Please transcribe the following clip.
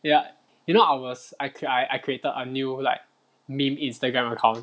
ya you know I was I cra~ I created a new like meme Instagram account